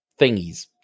thingies